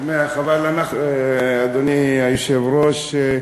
שמח, אבל, אדוני היושב-ראש,